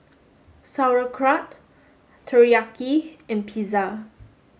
Sauerkraut Teriyaki and Pizza